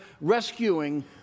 rescuing